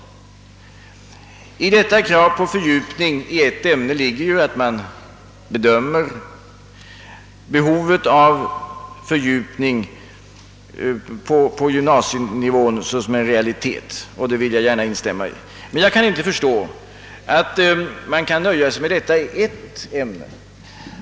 I detta krav på fördjupning i ett ämne ligger att man bedömer behovet av fördjupning på gymnasienivån såsom en realitet, och detta vill jag gärna instämma i. Men jag kan inte förstå att man kan nöja sig med detta i ett ämne.